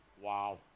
wow